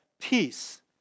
peace